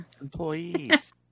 Employees